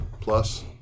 Plus